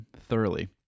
thoroughly